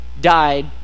died